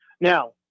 Now